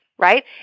Right